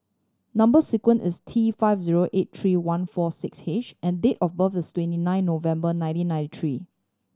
number sequence is T five zero eight three one four six H and date of birth is twenty nine November nineteen ninety three